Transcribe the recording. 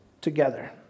together